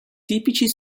tipici